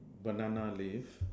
banana leaf